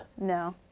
No